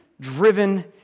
driven